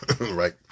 right